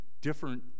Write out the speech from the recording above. different